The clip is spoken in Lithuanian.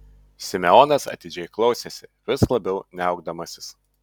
simeonas atidžiai klausėsi vis labiau niaukdamasis